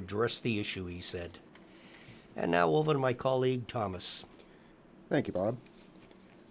address the issue he said and now over to my colleague thomas thank you bob